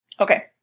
Okay